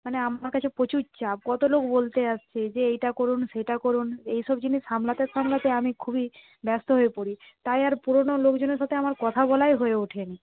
মানে আমার কাছে প্রচুর চাপ কত লোক বলতে আসছে যে এইটা করুন সেটা করুন এইসব জিনিস সামলাতে সামলাতে আমি খুবই ব্যস্ত হয়ে পড়ি তাই আর পুরনো লোকজনের সাথে আমার কথা বলাই হয়ে ওঠেনি